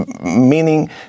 meaning